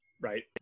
Right